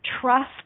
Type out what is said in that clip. Trust